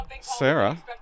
Sarah